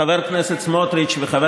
אנחנו כמשרד וחבר הכנסת סמוטריץ' וחבר